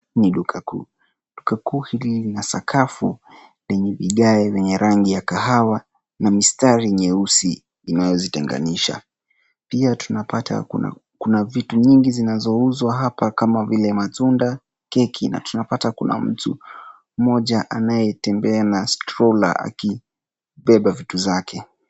Hii ni duka kuu. Duka kuu hili lina sakafu lenye vigae venye rangi ya kahawa na mistari nyeusi inayozitenganisha. Pia tunapata kuna vitu nyingi zinazouzwa hapa kama vile matunda, keki na tunapata kuna mtu mmoja anayetembea na stroller akibeba vitu zake.